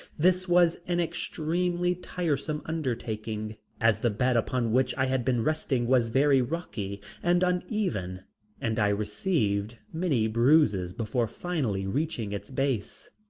this was an extremely tiresome undertaking, as the bed upon which i had been resting was very rocky and uneven and i received many bruises before finally reaching its base.